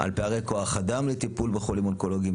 על פערי כוח אדם לטיפול בחולים אונקולוגים,